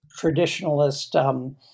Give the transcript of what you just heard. traditionalist